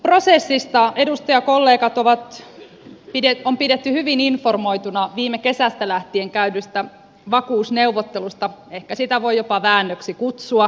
vakuusprosessista edustajakollegat on pidetty hyvin informoituina viime kesästä lähtien käydystä vakuusneuvottelusta ehkä sitä voi jopa väännöksi kutsua